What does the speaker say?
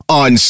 on